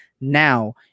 now